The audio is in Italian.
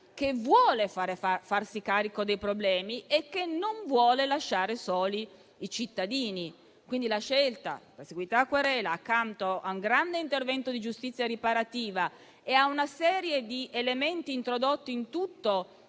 che vuole farsi carico dei problemi e che non vuole lasciare soli i cittadini. La scelta della perseguibilità a querela, accanto a un grande intervento di giustizia riparativa e a una serie di elementi introdotti in tutto